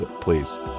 Please